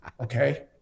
Okay